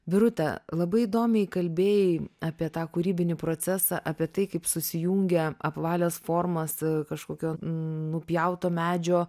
birute labai įdomiai kalbėjai apie tą kūrybinį procesą apie tai kaip susijungia apvalios formos kažkokio nupjauto medžio